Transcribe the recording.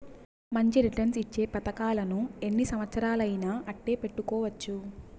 మంచి రిటర్న్స్ ఇచ్చే పతకాలను ఎన్ని సంవచ్చరాలయినా అట్టే పెట్టుకోవచ్చు